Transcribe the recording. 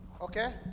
Okay